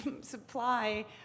supply